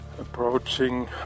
approaching